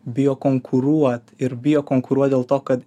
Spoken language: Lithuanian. bijo konkuruot ir bijo konkuruot dėl to kad